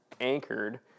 anchored